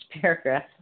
paragraph